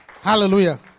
Hallelujah